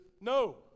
no